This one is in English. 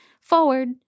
Forward